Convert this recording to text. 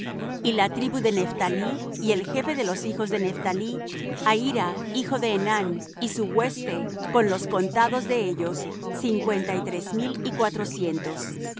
y la tribu de nephtalí y el jefe de los hijos de nephtalí ahira hijo de enán y su hueste con los contados de ellos cincuenta y tres mil y cuatrocientos todos los